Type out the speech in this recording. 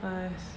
!hais!